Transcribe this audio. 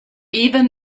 even